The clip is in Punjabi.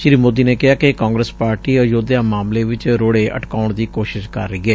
ਸ੍ਰੀ ਮੋਦੀ ਨੇ ਕਿਹਾ ਕਿ ਕਾਂਗਰਸ ਪਾਰਟੀ ਅਯੋਧਿਆ ਮਾਮਲੇ ਚ ਰੋੜੇ ਅਟਕਾਉਣ ਦੀ ਕੋਸ਼ਿਸ਼ ਕਰ ਰਹੀ ਏ